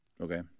Okay